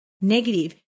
negative